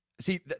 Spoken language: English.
See